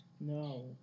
No